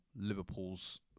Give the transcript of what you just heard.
Liverpool's